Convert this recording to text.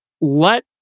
let